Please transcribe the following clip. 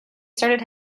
started